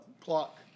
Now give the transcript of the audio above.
clock